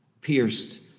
pierced